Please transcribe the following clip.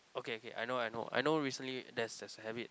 okay okay I know I know I know recently there's there's a habit